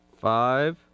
Five